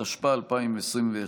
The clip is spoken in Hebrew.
התשפ"א 2021,